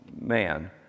man